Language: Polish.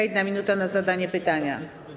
1 minuta na zadanie pytania.